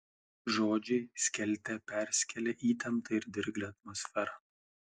žodžiai skelte perskėlė įtemptą ir dirglią atmosferą